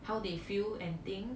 how they feel and think